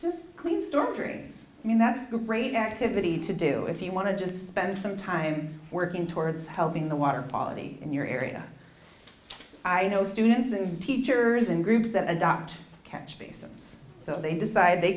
just clean storm drains i mean that's a great activity to do if you want to just spend some time working towards helping the water polity in your area i know students and teachers and groups that adopt catch basins so they decide they